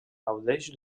gaudeix